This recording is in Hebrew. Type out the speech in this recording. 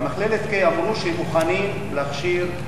ראיתי את זה במו-עיני ולחמתי בתופעה הזאת כל